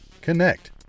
Connect